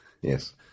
Yes